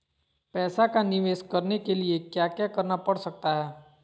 पैसा का निवेस करने के लिए क्या क्या करना पड़ सकता है?